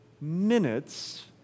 minutes